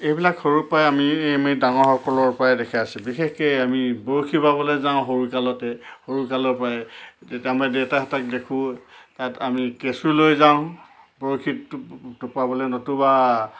এইবিলাক সৰুৰ পৰাই আমি ডাঙৰসকলৰ পৰাই দেখি আছোঁ বিশেষকৈ আমি বৰশী বাবলৈ যাওঁ সৰুকালতে সৰুকালৰ পৰাই তেতিয়া আমি দেউতাহঁতক দেখোঁ তাত আমি কেঁচু লৈ যাওঁ বৰশীত টোপাবলৈ নতুবা